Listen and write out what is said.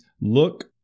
Look